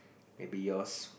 maybe yours